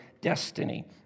destiny